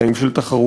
תנאים של תחרות,